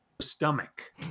stomach